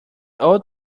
old